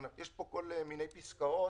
יש פה כל מיני פסקאות